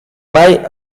mai